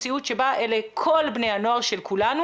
המציאות שבה אלה כל בני הנוער של כולנו.